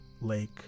lake